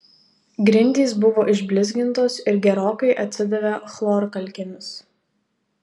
grindys buvo išblizgintos ir gerokai atsidavė chlorkalkėmis